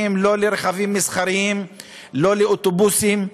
ולא לכלי רכב מסחריים ולא לאוטובוסים.